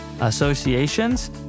Associations